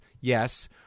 Yes